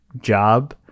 job